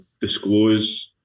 disclose